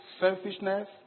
selfishness